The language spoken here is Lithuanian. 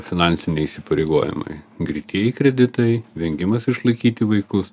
finansiniai įsipareigojimai greitieji kreditai vengimas išlaikyti vaikus